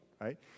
right